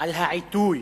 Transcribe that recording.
על העיתוי,